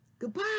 Goodbye